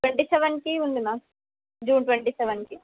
twenty సెవెన్కి ఉంది ma'am June twenty సెవెన్కి